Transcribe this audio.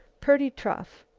pretty tough!